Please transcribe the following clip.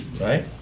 right